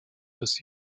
des